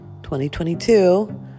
2022